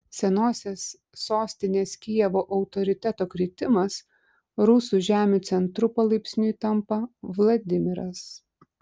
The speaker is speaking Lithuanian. senosios sostinės kijevo autoriteto kritimas rusų žemių centru palaipsniui tampa vladimiras